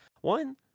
one